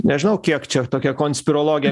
nežinau kiek čia tokia konspirologė